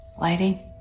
Lighting